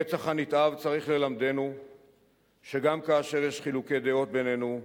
הרצח הנתעב צריך ללמדנו שגם כאשר יש חילוקי דעות בינינו,